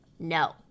No